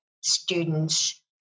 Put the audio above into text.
students